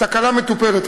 התקלה מטופלת.